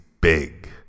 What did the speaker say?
big